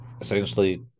essentially